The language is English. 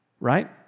right